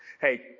Hey